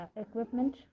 equipment